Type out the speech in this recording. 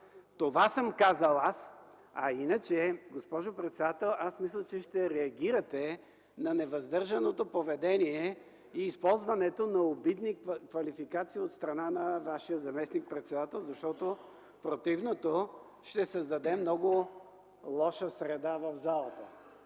Това съм казал аз, а иначе, госпожо председател, мисля, че ще реагирате на невъздържаното поведение и използването на обидни квалификации от страна на Вашия заместник, защото противното ще създаде много лоша среда в залата.